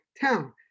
Town